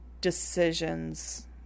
decisions